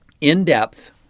in-depth